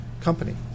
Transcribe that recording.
Company